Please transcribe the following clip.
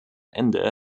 ende